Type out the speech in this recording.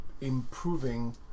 improving